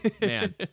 man